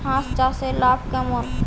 হাঁস চাষে লাভ কেমন?